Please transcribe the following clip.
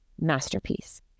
masterpiece